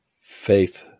faith